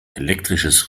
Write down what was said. elektrisches